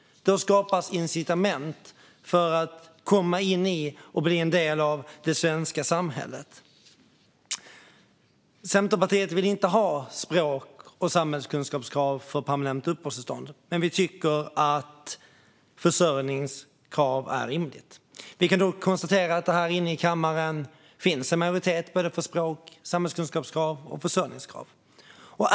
Då skapas incitament för att komma in i och bli en del av det svenska samhället. Centerpartiet vill inte ha språk och samhällskunskapskrav för permanent uppehållstillstånd, men vi tycker att försörjningskrav är rimligt. Vi kan dock konstatera att det här inne i kammaren finns en majoritet för språk, samhällskunskaps och försörjningskrav.